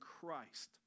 Christ